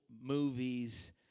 movies